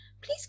Please